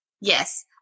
Yes